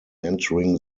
entering